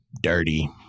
dirty